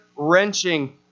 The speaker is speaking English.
wrenching